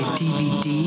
dvd